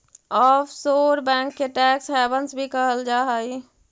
offshore bank के tax havens भी कहल जा हइ